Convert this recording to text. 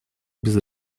без